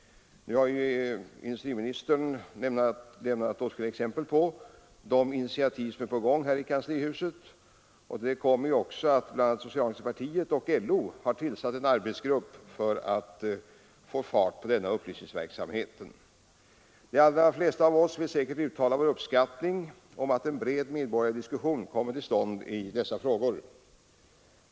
Industriministern har nu givit åtskilliga exempel på de initiativ på detta område som tagits i kanslihuset. Bl. a. har socialdemokratiska partiet och LO tillsatt en arbetsgrupp för att få fart på denna upplysningsverksamhet. De allra flesta av oss vill säkert uttala vår uppskattning över att en bred medborgardiskussion kommer till stånd i dessa frågor.